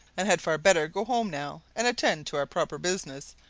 and had far better go home now and attend to our proper business,